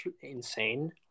insane